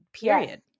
period